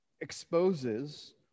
exposes